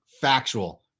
factual